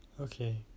Okay